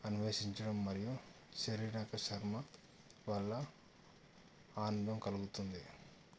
అన్వేషించడం మరియు శరీరక శ్రమ వల్ల ఆనందం కలుగుతుంది